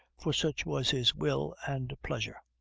for such was his will and pleasure.